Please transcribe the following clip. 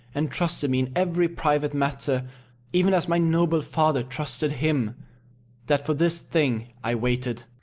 and trusted me in every private matter even as my noble father trusted him that for this thing i waited.